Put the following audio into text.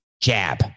Jab